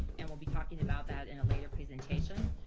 and we'll be talking about that in a later presentation.